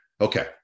okay